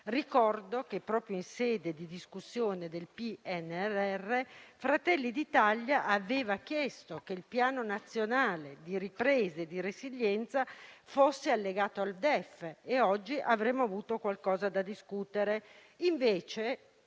Ricordo che proprio in sede di discussione del PNRR Fratelli d'Italia aveva chiesto che il Piano nazionale di ripresa e resilienza fosse allegato al DEF. Se così fosse stato, oggi avremmo avuto qualcosa di cui discutere.